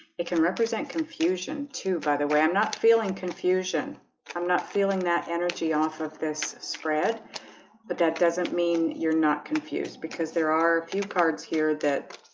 it can represent confusion too, by the way, i'm not feeling confusion i'm not feeling that energy off of this spread but that doesn't mean you're not confused because there are a few cards here that